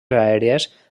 aèries